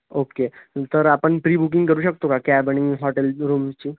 okay तर आपण pre booking करू शकतो का कॅब आणि हॉटेल रूमची